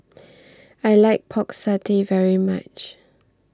I like Pork Satay very much